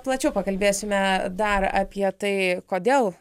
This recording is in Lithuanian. plačiau pakalbėsime dar apie tai kodėl